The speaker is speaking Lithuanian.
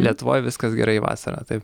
lietuvoj viskas gerai vasarą taip